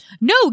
No